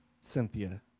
Cynthia